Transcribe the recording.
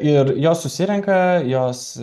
ir jos susirenka jos